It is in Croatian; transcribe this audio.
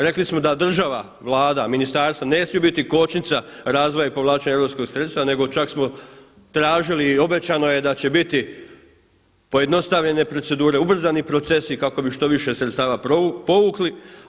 Rekli smo da država, Vlada, ministarstvo ne smije biti kočnica razvoja i povlačenja europskog sredstva, nego čak smo tražili i obećano je da će biti pojednostavljene procedure, ubrzani procesi kako bi što više sredstava povukli.